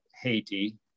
Haiti